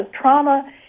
trauma